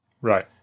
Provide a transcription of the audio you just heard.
Right